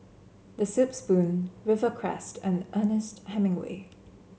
The Soup Spoon Rivercrest and Ernest Hemingway